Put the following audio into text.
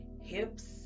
hips